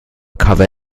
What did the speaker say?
cover